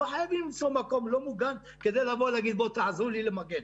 לא חייבים למצוא מקום לא ממוגן כדי לבוא ולומר "בואו תעזרו לי למגן".